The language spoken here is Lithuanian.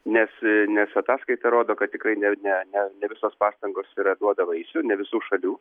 nes nes ataskaita rodo kad tikrai ne ne nevisos pastangos yra duoda vaisių ne visų šalių